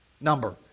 number